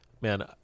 Man